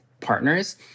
partners